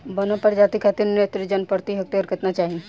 बौना प्रजाति खातिर नेत्रजन प्रति हेक्टेयर केतना चाही?